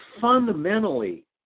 fundamentally